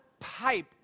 pipe